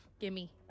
Gimme